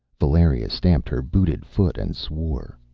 valeria stamped her booted foot and swore.